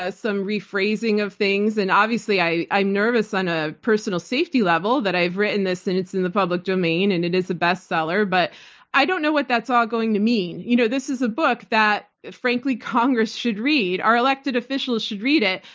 some rephrasing of things. and obviously, i'm nervous on a personal safety level that i've written this and it's in the public domain. and it is a bestseller, but i don't know what that's all going to mean. you know this is a book that, frankly, congress should read. our elected officials should read it.